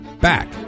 back